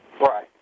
Right